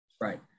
Right